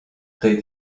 tej